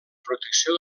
protecció